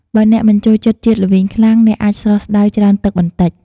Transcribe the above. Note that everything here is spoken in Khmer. បើអ្នកមិនចូលចិត្តជាតិល្វីងខ្លាំង អ្នកអាចស្រុះស្តៅច្រើនទឹកបន្តិច។